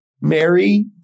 Mary